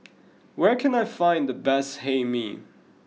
where can I find the best Hae Mee